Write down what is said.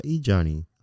Johnny